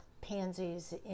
pansies